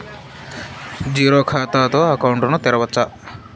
Zero ఖాతా తో account ను తెరవచ్చా?